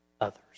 others